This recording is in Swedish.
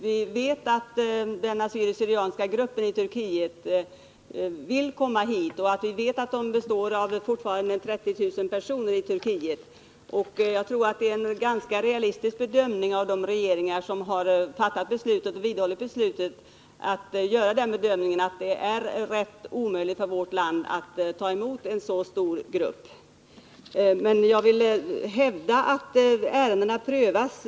Vi vet att den assyriska gruppen i Turkiet vill komma hit och att den består av ca 30 000 personer. Det är enligt min mening en realistisk bedömning av de regeringar som har fattat och vidhållit beslutet, att det är omöjligt för vårt land att ta emot en så stor grupp. Jag vill dock hävda att ärendena prövas.